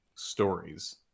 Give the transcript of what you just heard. stories